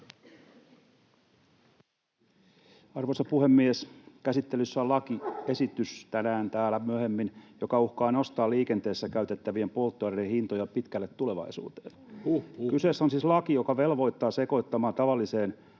Arvoisa puhemies! Käsittelyssä on tänään täällä myöhemmin lakiesitys, joka uhkaa nostaa liikenteessä käytettävien polttoaineen hintoja pitkälle tulevaisuuteen. Kyseessä on siis laki, joka velvoittaa sekoittamaan tavalliseen